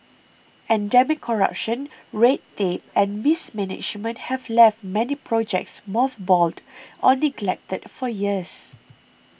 endemic corruption red tape and mismanagement have left many projects mothballed or neglected for years